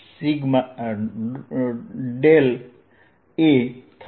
A થશે